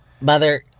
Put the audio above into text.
Mother